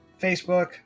Facebook